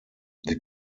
wir